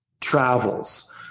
travels